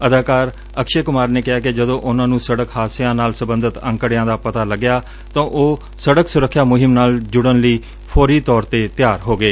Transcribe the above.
ਅਦਾਕਾਰ ਅਕਸੈ ਕੁਮਾਰ ਨੇ ਕਿਹਾ ਕਿ ਜਦੋਂ ਉਨੂਾਂ ਨੂੰ ਸੜਕ ਹਾਦਸਿਆਂ ਦੇ ਨਾਲ ਸਬੰਧਤ ਅੰਕੜਿਆਂ ਦਾ ਪਤਾ ਲੱਗਾ ਤਾਂ ਉਹ ਸੜਕ ਸੁਰੱਖਿਆ ਮੁਹਿੰਮ ਨਾਲ ਜੁੜਣ ਲਈ ਫੌਰੀ ਤੌਰ ਤੇ ਤਿਆਰ ਹੋ ਗਏ